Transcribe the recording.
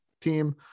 team